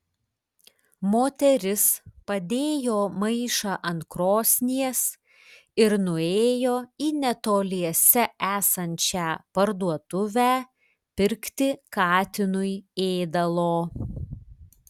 moteris padėjo maišą ant krosnies ir nuėjo į netoliese esančią parduotuvę pirkti katinui ėdalo